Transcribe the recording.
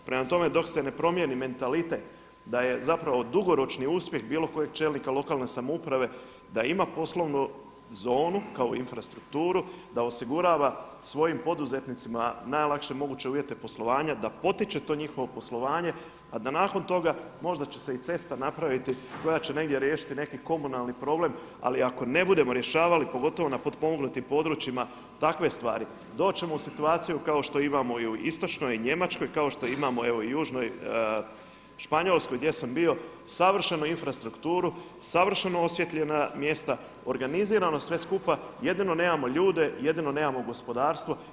Prema tome, dok se ne promjeni mentalitet da je zapravo dugoročni uspjeh bilo kojeg čelnika lokalne samouprave da ima poslovnu zonu kao infrastrukturu, da osigurava svojim poduzetnicima najlakše moguće uvjete poslovanja, da potiče to njihovo poslovanje a da nakon toga možda će se i cesta napraviti koja će negdje riješiti neki komunalni problem ali ako ne budemo rješavali pogotovo na potpomognutim područjima takve stvari doći ćemo u situaciju kako što imamo i u istočnoj Njemačkoj, kao što imamo evo i u južnoj Španjolskoj gdje sam bio savršenu infrastrukturu, savršeno osvjetljena mjesta, organizirano sve skupa jedino nemamo ljude, jedino nemamo gospodarstvo.